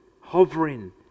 hovering